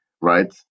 right